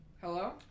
Hello